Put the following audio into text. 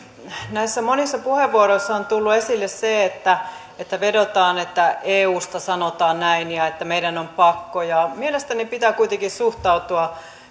monissa näistä puheenvuoroista on tullut esille se että että vedotaan että eusta sanotaan näin ja että meidän on pakko mielestäni pitää kuitenkin suhtautua